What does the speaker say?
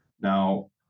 Now